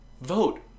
Vote